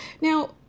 now